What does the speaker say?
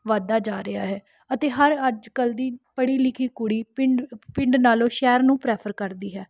ਵੱਧਦਾ ਜਾ ਰਿਹਾ ਹੈ ਅਤੇ ਹਰ ਅੱਜ ਕੱਲ੍ਹ ਦੀ ਪੜ੍ਹੀ ਲਿਖੀ ਕੁੜੀ ਪਿੰਡ ਪਿੰਡ ਨਾਲੋਂ ਸ਼ਹਿਰ ਨੂੰ ਪਰੈਫ਼ਰ ਕਰਦੀ ਹੈ